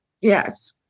Yes